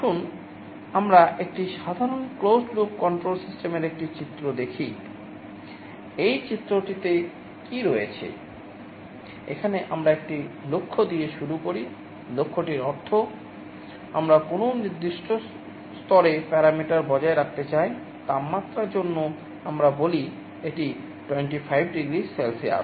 আসুন আমরা একটি সাধারণ ক্লোজড লুপ বজায় রাখতে চাই তাপমাত্রার জন্য আমরা বলি এটি 25 ডিগ্রি সেলসিয়াস